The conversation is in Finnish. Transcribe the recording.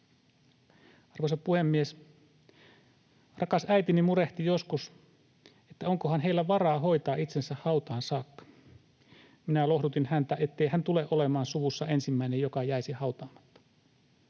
Arvoisa puhemies! Rakas äitini murehti joskus, että onkohan heillä varaa hoitaa itsensä hautaan saakka. Minä lohdutin häntä, ettei hän tule olemaan suvussa ensimmäinen, joka jäisi hautaamatta.